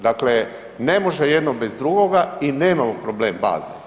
Dakle, ne može jedno bez drugoga i nemamo problem baze.